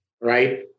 Right